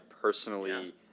personally